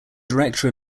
director